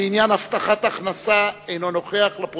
ב-2002 2008 חלה עלייה ניכרת במספר